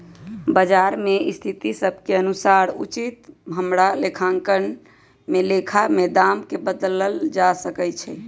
बजार के स्थिति सभ के अनुसार उचित हमरा लेखांकन में लेखा में दाम् के बदलल जा सकइ छै